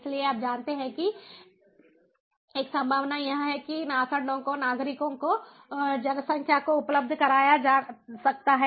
इसलिए आप जानते हैं कि एक संभावना यह है कि इन आंकड़ों को नागरिकों को जनसंख्या को उपलब्ध कराया जा सकता है